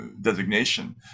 designation